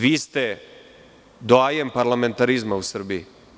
Vi ste doajen parlamentarizma u Srbiji.